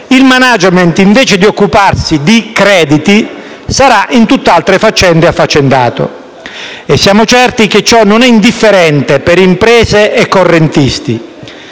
il *management*, invece di occuparsi di crediti, sarà in tutte altre faccende affaccendato e siamo certi che ciò non sia indifferente per imprese e correntisti.